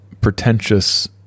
pretentious